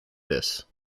this